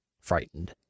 frightened